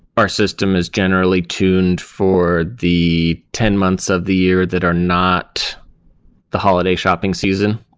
our system is generally tuned for the ten months of the year that are not the holiday shopping season.